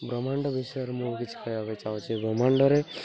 ବ୍ରହ୍ମାଣ୍ଡ ବିଷୟରେ ମୁଁ କିଛି କହିବାକୁ ଚାହୁଁଛି ବ୍ରହ୍ମାଣ୍ଡରେ